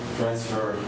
transfer